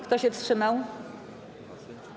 Kto się wstrzymał?